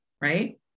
Right